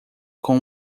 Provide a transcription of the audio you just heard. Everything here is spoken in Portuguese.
com